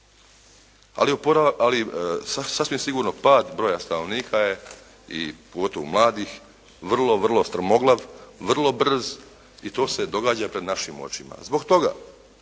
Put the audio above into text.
Ali sasvim sigurno pad broja stanovnika je i pogotovo mladih vrlo, vrlo strmoglav, vrlo brz i to se događa pred našim očima. Zbog toga